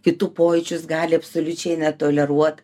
kitų pojūčius gali absoliučiai netoleruot